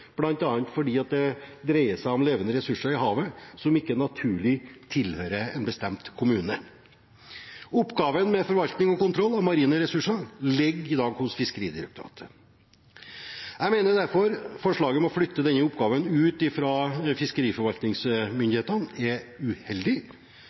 seg om levende ressurser i havet som ikke naturlig tilhører en bestemt kommune. Oppgaven med forvaltning av og kontroll med marine ressurser ligger i dag hos Fiskeridirektoratet. Jeg mener derfor at forslaget om å flytte denne oppgaven